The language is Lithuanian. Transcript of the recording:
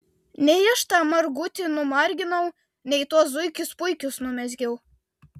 nei aš tą margutį numarginau nei tuos zuikius puikius numezgiau